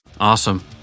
Awesome